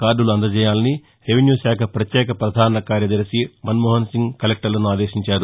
కార్డులు అందజేయాలని రెవెన్యూశాఖ పత్వేక పధాన కార్యదర్శి మన్మోహన్సింగ్ కలెక్లర్లను ఆదేశించారు